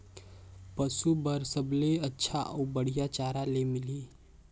पशु बार सबले अच्छा अउ बढ़िया चारा ले मिलही?